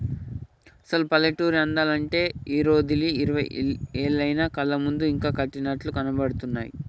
అసలు పల్లెటూరి అందాలు అంటే ఊరోదిలి ఇరవై ఏళ్లయినా కళ్ళ ముందు ఇంకా కట్టినట్లు కనబడుతున్నాయి